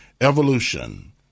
evolution